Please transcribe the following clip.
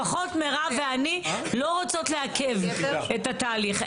לפחות מירב ואני לא רוצות לעכב את התהליך.